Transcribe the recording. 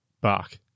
Bark